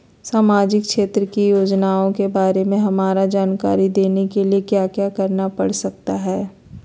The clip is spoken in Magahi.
सामाजिक क्षेत्र की योजनाओं के बारे में हमरा जानकारी देने के लिए क्या क्या करना पड़ सकता है?